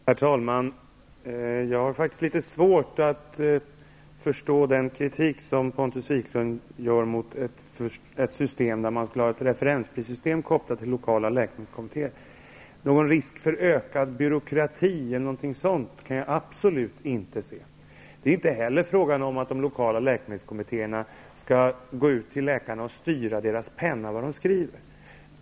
Herr talman! Jag har litet svårt att förstå den kritik Pontus Wiklund anför mot ett referensprissystem kopplat till lokala läkemedelskommittéer. Någon risk för ökad byråkrati kan jag absolut inte se. Det är inte heller fråga om att de lokala läkemedelskommittéerna skall styra läkarna och vad de skriver.